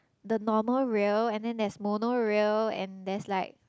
the normal rail and then there's monorail and there's like